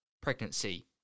pregnancy